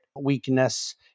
weakness